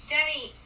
Daddy